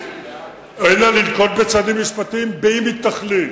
אלא לנקוט צעדים משפטיים, אם היא תחליט.